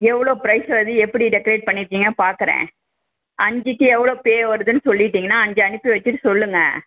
எவ்வளோ ப்ரைஸ் வருது எப்படி டெக்ரேட் பண்ணிருக்கீங்கள் பார்க்குறேன் அஞ்சுக்கு எவ்வளோ பே வருதுன்னு சொல்லிட்டீங்கன்னால் அஞ்சை அனுப்பி வச்சிட்டு சொல்லுங்கள்